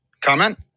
Comment